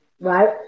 Right